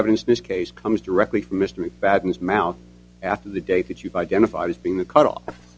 evidence in this case comes directly from mystery battens mouth after the date that you've identified as being the cut off